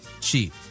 cheap